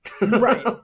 right